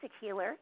healer